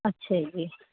ਅੱਛਾ ਜੀ